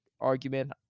argument